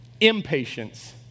impatience